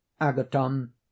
Agathon